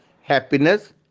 happiness